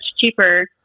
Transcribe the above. cheaper